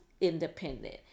independent